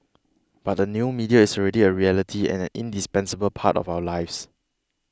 but the new media is already a reality and an indispensable part of our lives